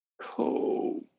Cool